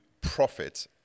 profit